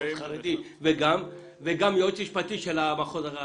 וגם יועץ משפטי של המחוז.